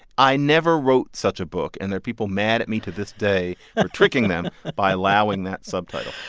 i never wrote such a book, and there are people mad at me to this day for tricking them by allowing that subtitle.